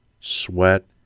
sweat